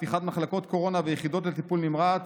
נפתחו מחלקות קורונה ויחידות לטיפול נמרץ,